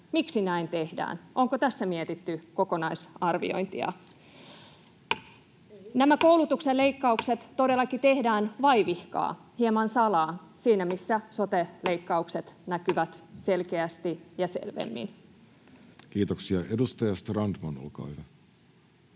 Miksi näin tehdään, onko tässä mietitty kokonaisarviointia? Nämä koulutuksen leikkaukset todellakin tehdään vaivihkaa, hieman salaa, siinä missä sote-leikkaukset näkyvät selkeästi ja selvemmin. [Speech 113] Speaker: